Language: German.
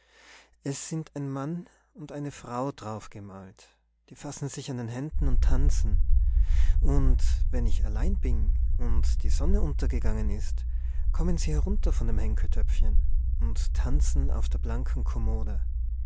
es sind ein mann und eine frau drauf gemalt die fassen sich an den händen und tanzen und wenn ich allein bin und die sonne untergegangen ist kommen sie herunter von dem henkeltöpfchen und tanzen auf der blanken kommode